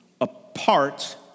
apart